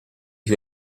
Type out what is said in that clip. who